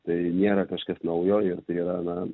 tai nėra kažkas naujo ir tai yra